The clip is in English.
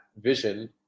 vision